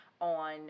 on